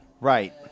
Right